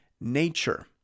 nature